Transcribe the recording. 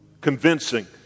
convincing